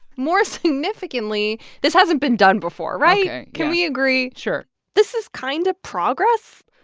more significantly, this hasn't been done before, right? can we agree? sure this is kind of progress.